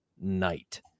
night